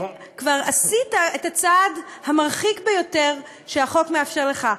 כבר עשית את הצעד המרחיק ביותר שהחוק מאפשר לך,